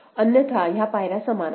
अन्यथा ह्या पायऱ्या समान आहेत